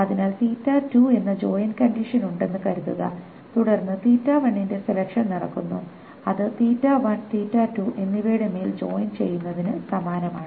അതിനാൽ എന്ന join condition ഉണ്ടെന്നു കരുതുക തുടർന്ന് ന്റെ സെലെക്ഷൻ നടക്കുന്നു അത് എന്നിവയുടെ മേൽ ജോയിൻ ചെയ്യുന്നതിന് സമാനമാണ്